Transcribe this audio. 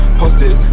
posted